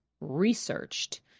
researched